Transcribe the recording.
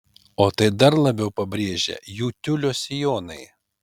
o tai dar labiau pabrėžia jų tiulio sijonai